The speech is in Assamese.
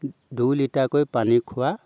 দুই লিটাৰকৈ পানী খোৱা